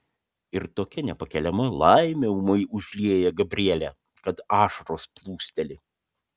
ir tokia nepakeliama laimė ūmai užlieja gabrielę kad ašaros plūsteli